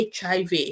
HIV